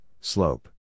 slope